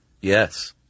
Yes